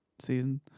season